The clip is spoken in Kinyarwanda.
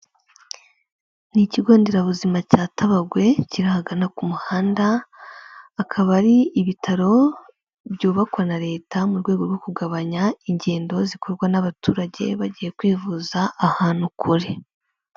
Ni ikigo nderabuzima cya Tabagwe kiri ahagana ku muhanda, akaba ari ibitaro byubakwa na Leta mu rwego rwo kugabanya ingendo zikorwa n'abaturage, bagiye kwivuza ahantu kure.